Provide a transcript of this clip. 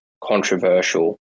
controversial